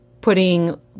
Putting